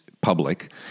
public –